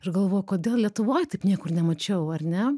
ir galvoju kodėl lietuvoj taip niekur nemačiau ar ne